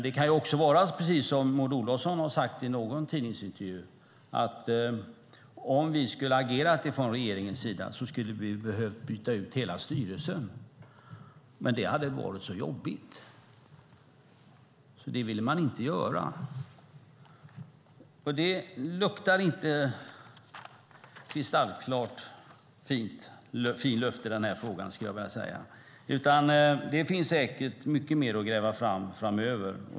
Det kan också vara precis som Maud Olofsson har sagt i någon tidningsintervju, nämligen att om man skulle ha agerat från regeringens sida skulle man ha behövt byta ut hela styrelsen men att det hade varit så jobbigt. Därför ville man inte göra det. Luften känns inte så fin när det gäller denna fråga. Det finns säkert mycket mer att gräva fram framöver.